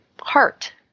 heart